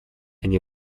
они